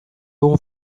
dugu